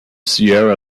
sierra